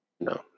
no